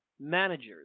managers